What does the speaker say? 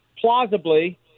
plausibly